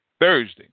Thursday